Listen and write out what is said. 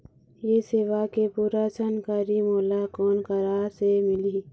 ये सेवा के पूरा जानकारी मोला कोन करा से मिलही?